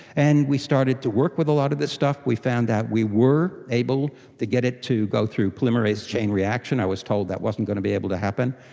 and we started to work with lot of this stuff. we found that we were able to get it to go through polymerase chain reaction. i was told that wasn't going to be able to happen.